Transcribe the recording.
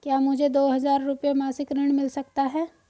क्या मुझे दो हज़ार रुपये मासिक ऋण मिल सकता है?